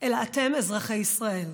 אלא אתם, אזרחי ישראל.